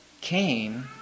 Cain